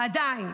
ועדיין,